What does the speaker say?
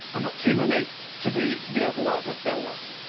but not too many to be to be overwhelmed and feel lost.